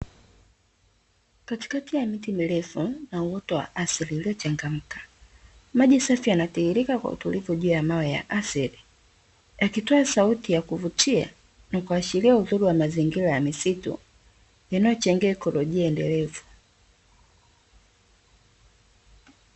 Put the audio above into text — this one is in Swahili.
Katikati ya miti mirefu na uoto wa asili uliochangamka. Maji safi yanatiririka kwa utulivu juu ya mawe ya asili, yakitoa sauti ya kuvutia na kuashiria uzuri wa mazingira ya misitu, yanayochangia ikolojia endelevu.